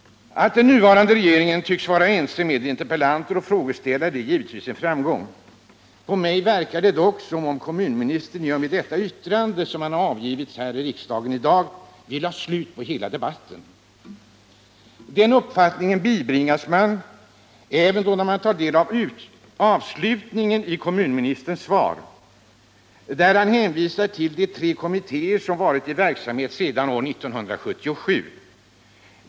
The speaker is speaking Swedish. Att den nuvarande regeringen tycks vara ense med interpellanter och frågeställare är givetvis en framgång. På mig verkar det också som om kommunministern i och med det yttrande som han avgivit i riksdagen i dag vill ha slut på hela debatten. Den uppfattningen bibringas man även då man tar del av avslutningen i kommunministerns svar, där han hänvisar till de tre kommittéer som varit i verksamhet sedan år 1977.